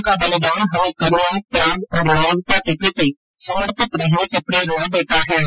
उनका बलिदान हमे करूणा त्याग और मानवता के प्रति समर्पित रहने की प्रेरणा देता है